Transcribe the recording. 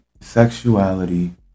sexuality